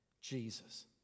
Jesus